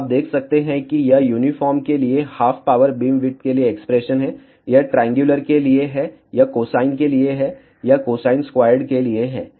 तो आप देख सकते हैं कि यह यूनिफार्म के लिए हाफ पावर बीमविड्थ के लिए एक्सप्रेशन है यह ट्रायंगुलर के लिए है यह कोसाइन के लिए है यह कोसाइन स्क्वायर्ड के लिए है